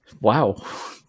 Wow